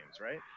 right